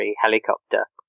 helicopter